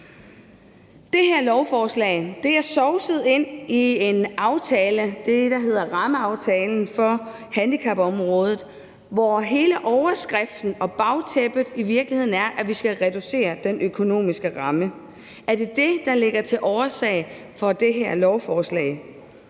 Det her lovforslag er sovset ind i en aftale, nemlig det, der hedder rammeaftalen for handicapområdet, hvor hele overskriften og bagtæppet i virkeligheden er, at vi skal reducere den økonomiske ramme. Er det det, der ligger til grund for det her lovforslag?